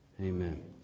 Amen